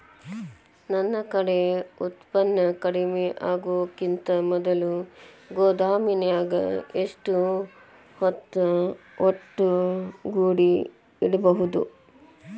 ನನ್ ಕಡೆ ಉತ್ಪನ್ನ ಕಡಿಮಿ ಆಗುಕಿಂತ ಮೊದಲ ಗೋದಾಮಿನ್ಯಾಗ ಎಷ್ಟ ಹೊತ್ತ ಒಟ್ಟುಗೂಡಿ ಇಡ್ಬೋದು?